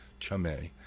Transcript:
Chame